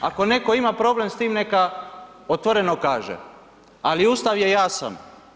Ako neko ima problem s time, neka otvoreno kaže ali Ustav je jasan.